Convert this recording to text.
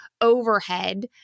overhead